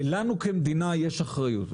לנו כמדינה יש אחריות,